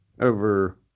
over